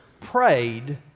prayed